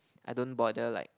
I don't bother like